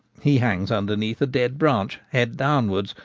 he hangs under neath a dead branch, head downwards,